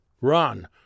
Run